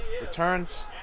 Returns